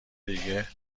دیگه